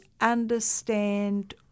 understand